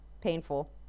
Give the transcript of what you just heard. painful